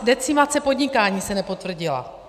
Decimace podnikání se nepotvrdila.